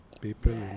people